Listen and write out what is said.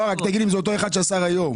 רק תגיד לי אם זה אותו אחד שהוא שר היום.